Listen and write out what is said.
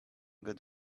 good